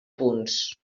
punts